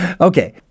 Okay